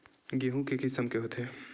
गेहूं के किसम के होथे?